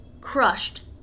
crushed